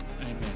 Amen